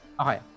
Okay